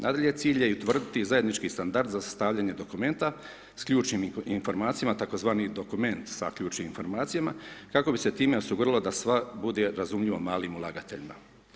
Nadalje, cilj je i utvrditi zajednički standard za sastavljanje dokumenta s ključnim informacijama tzv. dokument sa ključnim informacijama, kako bi se time osigurala da sve bude razumljivo malim ulagateljima.